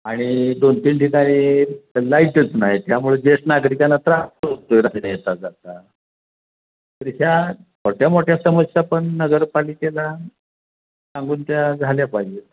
आणि दोन तीन ठिकाणी लाईटच नाही त्यामुळे जेष्ठ नागरिकांना त्रास होतो रात्रीचा जाता तर ह्या छोट्या मोठ्या समस्या पण नगरपालिकेला सांगून त्या झाल्या पाहिजेत